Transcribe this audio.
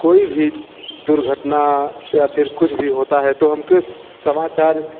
कोई भी दुर्घटना या फिर कुछ भी होता है तो हम किस समाचार